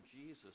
Jesus